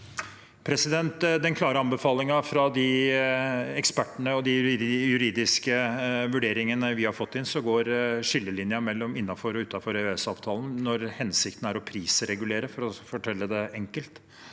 I den klare anbe- falingen fra ekspertene og de juridiske vurderingene vi har fått inn, går skillelinjen mellom innenfor og utenfor EØS-avtalen når hensikten er å prisregulere, for å si det enkelt,